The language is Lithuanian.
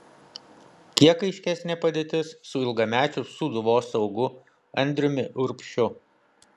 kiek aiškesnė padėtis su ilgamečiu sūduvos saugu andriumi urbšiu